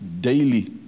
daily